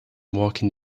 walking